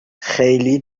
خیلی